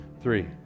three